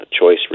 choice